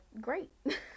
great